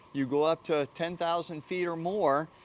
you go up to ten thousand feet or more,